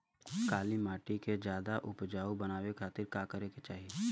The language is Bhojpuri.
काली माटी के ज्यादा उपजाऊ बनावे खातिर का करे के चाही?